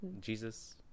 Jesus